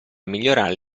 migliorare